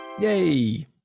Yay